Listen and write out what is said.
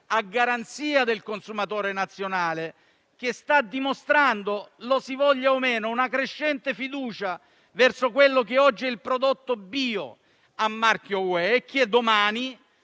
a garanzia del consumatore nazionale, che sta dimostrando - lo si voglia o no - una crescente fiducia verso il prodotto bio a marchio UE e che domani